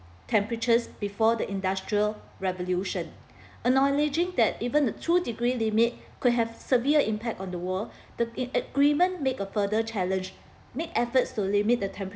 temperatures before the industrial revolution acknowledging that even the two degree limit could have severe impact on the world the agreement make a further challenge made efforts to limit the temperature